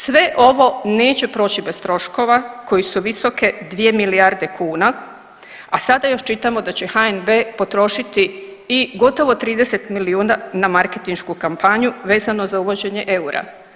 Sve ovo neće proći bez troškova koji su visoke 2 milijarde kuna, a sada još čitamo da će HNB potrošiti i gotovo 30 milijuna na marketinšku kampanju vezano za uvođenje eura.